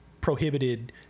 prohibited